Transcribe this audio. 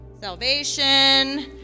salvation